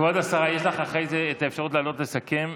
כבוד השרה, יש לך אחרי זה את האפשרות לעלות לסכם.